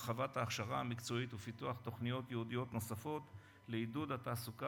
הרחבת ההכשרה המקצועית ופיתוח תוכניות ייעודיות נוספות לעידוד התעסוקה